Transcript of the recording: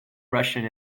russian